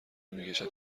میکشد